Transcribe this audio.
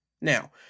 Now